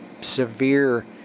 severe